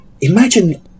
imagine